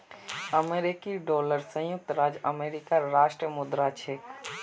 अमेरिकी डॉलर संयुक्त राज्य अमेरिकार राष्ट्रीय मुद्रा छिके